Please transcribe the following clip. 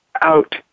out